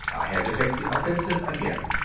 i had to take the offensive again.